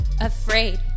Afraid